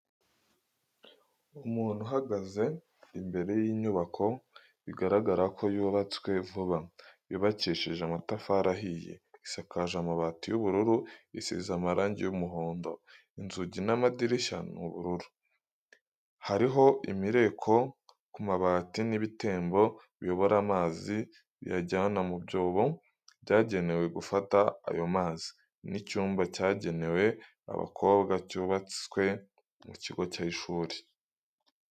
Umuntu uhagaze imbere y'inyubako bigaragara ko yubatswe vuba, yubakishije amatafari ahiye, isakaje amabati y'ubururu, isize amarangi y'umuhondo, inzugi n'amadirishya ni ubururu, hariho imireko ku mabati n'ibitembo biyobora amazi biyajyana mu byobo byagenewe gufata ayo mazi, ni icyumba cyagenewe abakobwa cyubatswe mu kigo cy'ishuri.